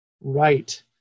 right